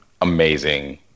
amazing